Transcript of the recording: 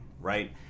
right